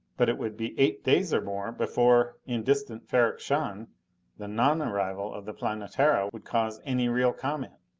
but it would be eight days or more before in distant ferrok-shahn the nonarrival of the planetara would cause any real comment.